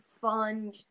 fun